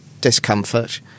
discomfort